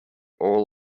all